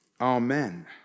Amen